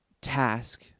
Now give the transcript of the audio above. task